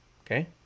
okay